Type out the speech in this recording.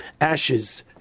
ashes